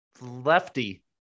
Lefty